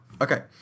Okay